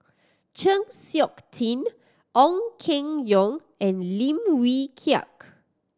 Chng Seok Tin Ong Keng Yong and Lim Wee Kiak